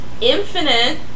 infinite